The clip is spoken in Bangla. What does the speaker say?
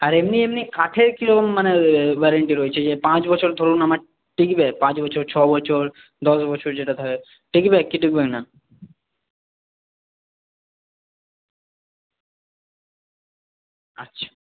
আর এমনি এমনি কাঠের কী রকম মানে ওয়ারেন্টি রয়েছে যে পাঁচ বছর ধরুন আমার টিকবে পাঁচ বছর ছবছর দশ বছর যেটা থাকে টিকবে কি টিকবে না আচ্ছা